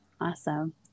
Awesome